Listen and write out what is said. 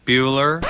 Bueller